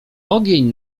ogień